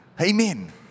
Amen